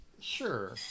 sure